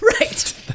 Right